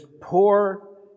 poor